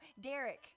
Derek